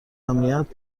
امنیت